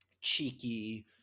cheeky